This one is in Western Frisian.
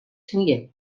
snie